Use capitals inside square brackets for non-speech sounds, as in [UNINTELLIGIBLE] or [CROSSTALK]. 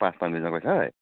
[UNINTELLIGIBLE]